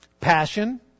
Passion